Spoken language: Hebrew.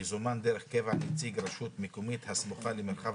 יזומן דרך קבע נציג רשות מקומית הסמוכה למרחב